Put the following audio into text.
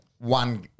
one